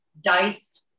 diced